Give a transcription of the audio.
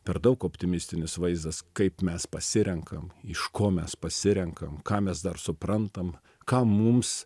per daug optimistinis vaizdas kaip mes pasirenkam iš ko mes pasirenkam ką mes dar suprantam ką mums